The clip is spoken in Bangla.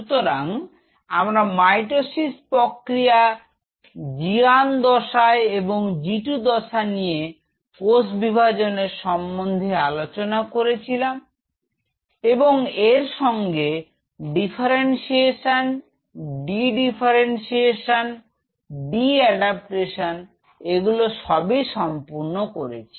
সুতরাং আমরা মাইটোসিস প্রক্রিয়া G1 দশায় এবং G2 দশা নিয়ে কোষ বিভাজনের সম্বন্ধে আলোচনা করেছিলাম এবং এর সঙ্গে ডিফারেন্সিয়েশন ডিফারেন্সিয়েশন ডি এডাপটেশন এগুলো সবই সম্পূর্ণ করেছি